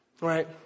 Right